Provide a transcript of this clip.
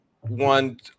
one